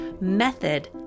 method